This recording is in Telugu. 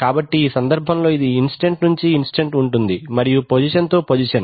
కాబట్టి ఈ సందర్భంలో ఇది ఇంస్టంట్ నుండి ఇంస్టంట్ ఉంటుంది మరియు పొజిషన్ తో పొజిషన్